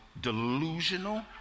delusional